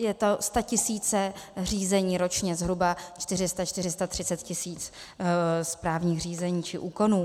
Jsou to statisíce řízení ročně, zhruba čtyři sta, čtyři sta třicet tisíc správních řízení či úkonů.